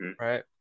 right